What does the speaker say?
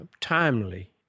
timely